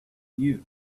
knew